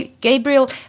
Gabriel